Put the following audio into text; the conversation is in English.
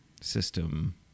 system